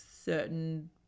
certain